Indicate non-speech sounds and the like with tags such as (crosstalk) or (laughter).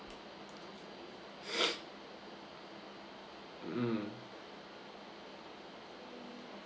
(noise) mm